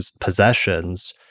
possessions